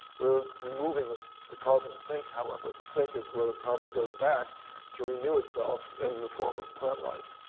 we're removing the the carbon sink, however. the sink is where the carbon goes back to renew itself in the form of plant life